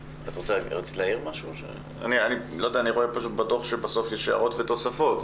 אני רואה שבסוף הדוח יש הערות ותוספות,